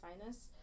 Finest